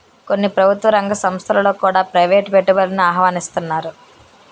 కొన్ని ప్రభుత్వ రంగ సంస్థలలో కూడా ప్రైవేటు పెట్టుబడులను ఆహ్వానిస్తన్నారు